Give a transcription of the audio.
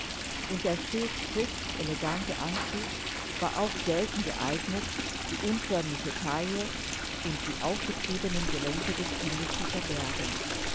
und der stets höchst elegante anzug war auch selten geeignet die unförmliche taille und die aufgetriebenen gelenke des kindes zu verbergen